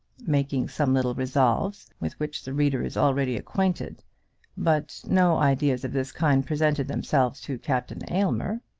making some little resolves, with which the reader is already acquainted but no ideas of this kind presented themselves to captain aylmer.